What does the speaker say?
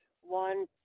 one